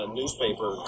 newspaper